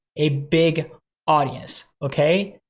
a big audience, okay?